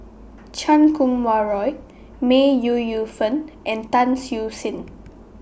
Chan Kum Wah Roy May Ooi Yu Fen and Tan Siew Sin